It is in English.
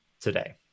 today